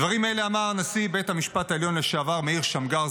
דברים אלה אמר נשיא בית המשפט העליון לשעבר מאיר שמגר,